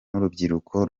n’urubyiruko